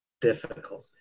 difficult